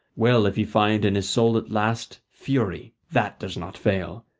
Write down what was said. well if he find in his soul at last fury, that does not fail.